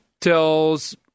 tells